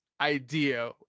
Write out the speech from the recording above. idea